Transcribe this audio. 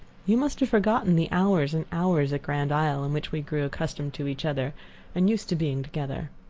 you must have forgotten the hours and hours at grand isle in which we grew accustomed to each other and used to being together.